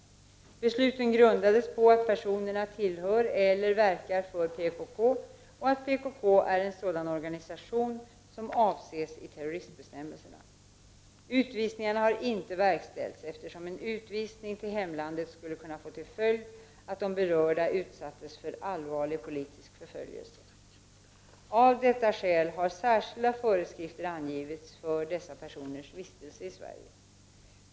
Besluten grundades på att personerna tillhör eller verkar för PKK och att PKK är en sådan organisation som avses i terroristbestämmelserna. Utvisningarna har inte verkställts, eftersom en utvisning till hemlandet skulle kunna få till följd att de berörda utsattes för allvarlig politisk förföljelse. Av detta skäl har särskilda föreskrifter angivits för dessa personers vistelse i Sverige.